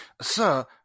Sir